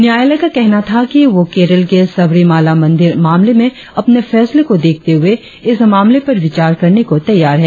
न्यायालय का कहना था कि वह केरल के शबरीमला मंदिर मामले में अपने फैसले को देखते हुए इस मामले पर विचार करने को तैयार है